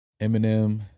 Eminem